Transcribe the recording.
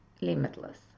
limitless